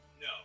No